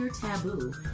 taboo